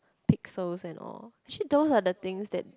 pixels and all actually those are the things that